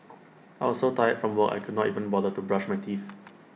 I was so tired from work I could not even bother to brush my teeth